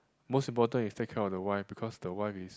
most important is take care of the wife because the wife is